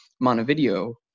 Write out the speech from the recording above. Montevideo